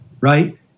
Right